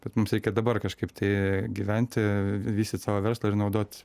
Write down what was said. bet mums reikia dabar kažkaip tai gyventi vystyti savo verslą ir naudot